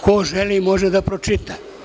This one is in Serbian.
Ko želi može da pročita.